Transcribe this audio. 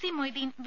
C Moideen V